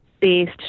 Based